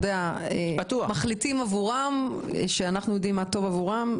מחליטים עבורם שאנחנו יודעים מה טוב עבורם,